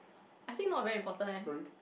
I think not very important eh